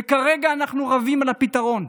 וכרגע אנחנו רבים על הפתרון.